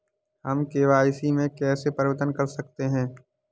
हम के.वाई.सी में कैसे परिवर्तन कर सकते हैं?